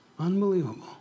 unbelievable